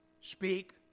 speak